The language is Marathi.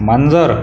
मांजर